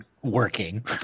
Working